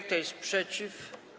Kto jest przeciw?